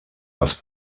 les